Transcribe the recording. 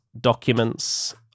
documents